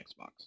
Xbox